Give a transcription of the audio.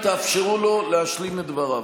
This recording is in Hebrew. תאפשרו לו להשלים את דבריו.